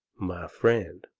my friend,